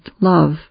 love